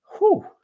whoo